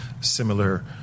similar